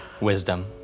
Wisdom